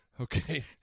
Okay